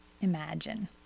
imagine